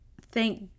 thank